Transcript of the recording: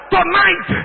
Tonight